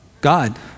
God